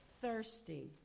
thirsty